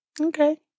Okay